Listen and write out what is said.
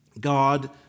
God